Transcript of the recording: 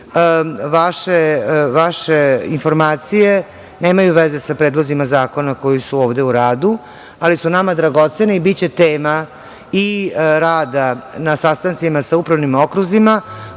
vaše informacije nemaju veze sa predlozima zakona koji su ovde u radu, ali su nama dragoceni i biće tema i rada na sastancima sa upravnim okruzima